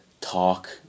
talk